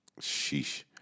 sheesh